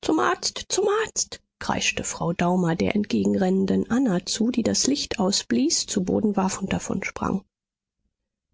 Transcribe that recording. zum arzt zum arzt kreischte frau daumer der entgegenrennenden anna zu die das licht ausblies zu boden warf und davonsprang